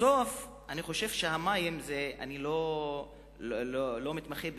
בסוף, אני חושב שהמים אני לא מתמחה בכימיה,